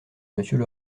monsieur